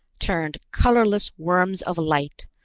turned colorless worms of light,